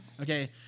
Okay